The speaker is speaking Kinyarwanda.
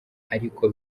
ariko